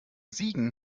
siegen